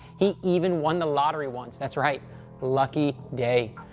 he even won the lottery once. that's right lucky day.